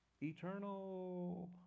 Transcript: eternal